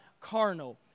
carnal